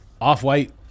Off-White